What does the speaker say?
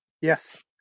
Yes